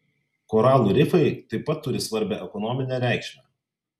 koralų rifai taip pat turi svarbią ekonominę reikšmę